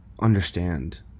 understand